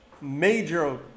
major